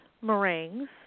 meringues